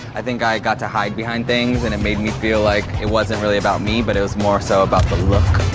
i think i got to hide behind things and it made me feel like it wasn't really about me but it was more so about the look.